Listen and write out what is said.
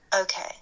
Okay